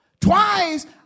Twice